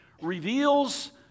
reveals